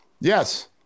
yes